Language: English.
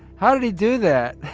how did he do that?